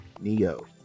neo